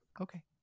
Okay